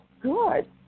good